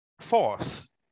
force